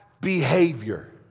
behavior